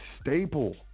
staple